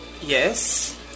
Yes